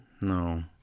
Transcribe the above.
No